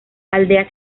aldea